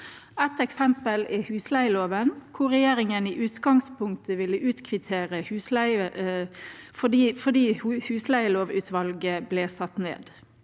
Et eksempel er husleieloven, hvor regjeringen i utgangspunktet ville utkvittere fordi husleielovutvalget ble satt ned.